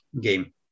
game